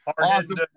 awesome